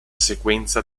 sequenza